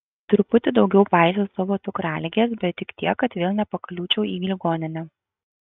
truputį daugiau paisiau savo cukraligės bet tik tiek kad vėl nepakliūčiau į ligoninę